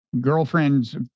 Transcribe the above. girlfriend's